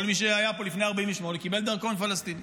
כל מי שהיה פה לפני 48' קיבל דרכון פלסטין.